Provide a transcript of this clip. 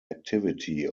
activity